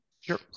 Sure